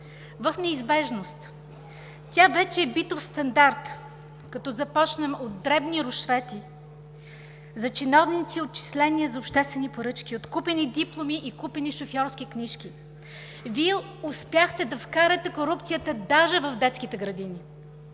в неизбежност. Тя вече е битов стандарт, като започнем от дребни рушвети за чиновници, отчисления за обществени поръчки, откупени дипломи и купени шофьорски книжки. Вие успяхте да вкарате корупцията даже в детските градини.